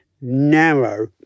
narrow